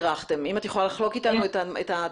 אם את יכולה לחלוק איתנו את התהליך.